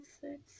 six